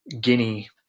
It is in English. Guinea